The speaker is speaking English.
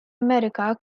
america